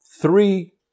three